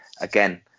again